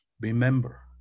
remember